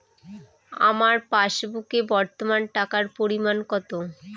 আমার পাসবুকে বর্তমান টাকার পরিমাণ কত?